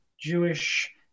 Jewish